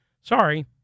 Sorry